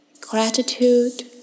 Gratitude